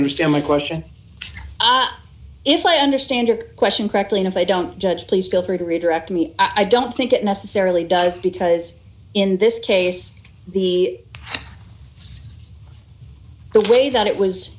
understand my question if i understand your question correctly if i don't judge please feel free to redirect me i don't think it necessarily does because in this case the the way that it was